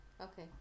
Okay